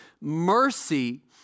Mercy